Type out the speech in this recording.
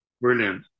Brilliant